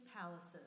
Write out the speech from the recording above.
palaces